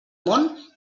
món